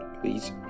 Please